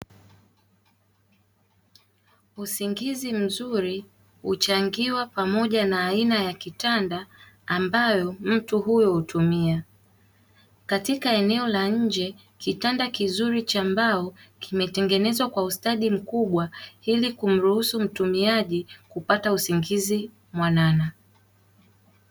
Usingizi mzuri huchangiwa pamoja na aina ya kitanda ambayo mtu huyo hutumia katika eneo la nje kitanda kizuri cha mbao kimetengenezwa kwa ustadi mkubwa ili kumruhusu mtumiaji kupata usingizi mwanana.